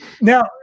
Now